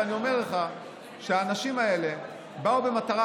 ואני אומר לך שהאנשים האלה בואו במטרה